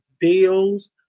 deals